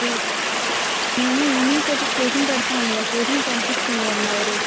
మేము ఈవెనింగ్ పూట ట్యూషన్ పెడతామండీ ఆ ట్యూషన్కి పంపించండి వన్ అవర్